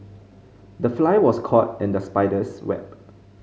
the fly was caught in the spider's web